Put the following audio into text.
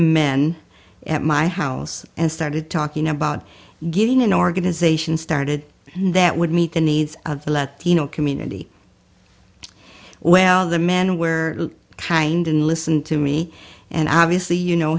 men at my house and started talking about getting an organization started that would meet the needs of the latino community well the men were kind and listen to me and obviously you know